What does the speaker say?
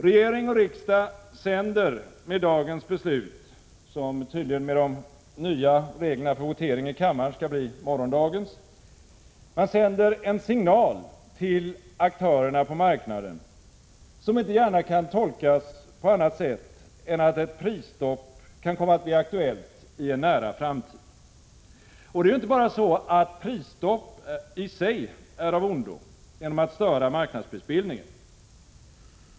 Regering och riksdag sänder med dagens beslut — som tydligen med de nya reglerna om votering i kammaren skall bli morgondagens — en signal till aktörerna på marknaden, som inte gärna kan tolkas på annat sätt än att ett prisstopp kan komma att bli aktuellt i en nära framtid. Det är ju inte bara så att prisstopp i sig är av ondo genom att störa marknadsprisbildningen.